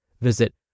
Visit